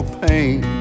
pain